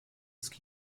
ist